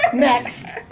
next,